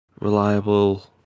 reliable